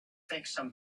together